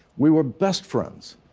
we were best friends.